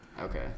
Okay